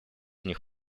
них